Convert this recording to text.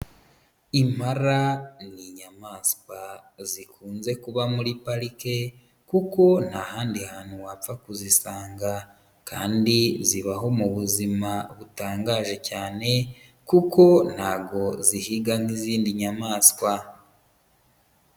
Impara ni inyamaswa zikunze kuba muri parike kuko nta handi hantu wapfa kuzisanga, kandi zibaho mu buzima butangaje cyane kuko ntago zihiga n'izindi nyamaswa.